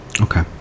Okay